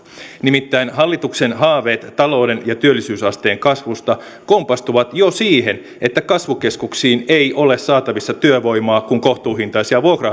nimittäin hallituksen haaveet talouden ja työllisyysasteen kasvusta kompastuvat jo siihen että kasvukeskuksiin ei ole saatavissa työvoimaa kun kohtuuhintaisia vuokra